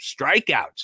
strikeouts